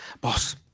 Boss